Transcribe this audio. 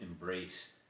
Embrace